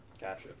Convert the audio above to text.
Gotcha